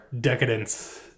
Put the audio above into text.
decadence